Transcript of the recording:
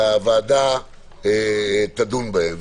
והוועדה תדון בהן.